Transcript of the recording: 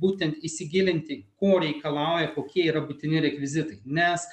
būtent įsigilinti ko reikalauja kokie yra būtini rekvizitai nes